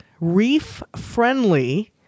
reef-friendly